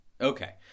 Okay